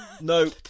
no